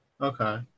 okay